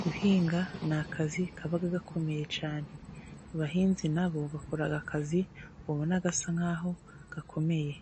Guhinga ni akazi kaba gakomeye cyane, abahinzi nabo bakora akazi ubona gasa nk'aho gakomeye,